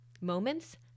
moments